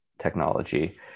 technology